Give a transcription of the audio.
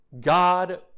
God